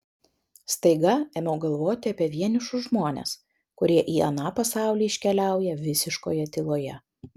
staiga ėmiau galvoti apie vienišus žmones kurie į aną pasaulį iškeliauja visiškoje tyloje